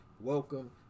Welcome